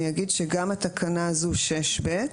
אני אגיד שגם התקנה הזאת, 6(ב),